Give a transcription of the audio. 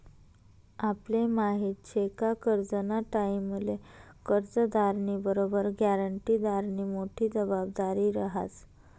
आपले माहिती शे का करजंना टाईमले कर्जदारनी बरोबर ग्यारंटीदारनी मोठी जबाबदारी रहास